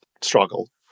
struggle